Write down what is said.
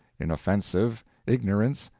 inoffensive ignorance,